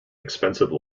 expensive